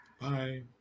Bye